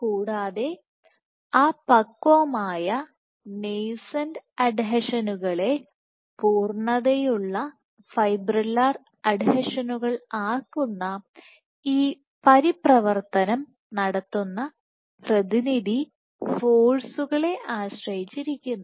കൂടാതെ അപക്വമായ നേസെന്റ് അഡ്ഹീഷനുകളെ പൂർണതയുള്ള ഫൈബ്രില്ലർ അഡ്ഹീഷനുകൾ ആക്കുന്ന ഈ പരിപ്രവർത്തനം നടത്തുന്ന പ്രതിനിധി ഫോഴ്സുകളെ ആശ്രയിച്ചിരിക്കുന്നു